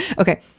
Okay